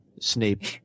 Snape